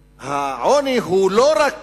שהעוני הוא לא רק